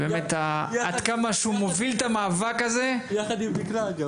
עד כמה שהוא מוביל את המאבק הזה --- יחד עם דיקלה.